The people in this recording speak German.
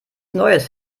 neues